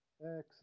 Excellent